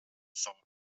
thought